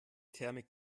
thermik